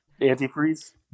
antifreeze